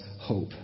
hope